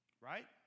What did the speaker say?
Right